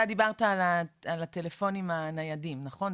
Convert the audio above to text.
אתה דיברת על הטלפונים הניידים, נכון?